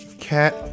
cat